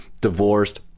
divorced